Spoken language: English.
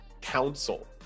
council